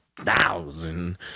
thousand